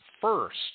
first